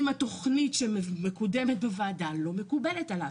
התוכנית שמקודמת בוועדה לא מקובלת עליו.